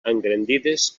engrandides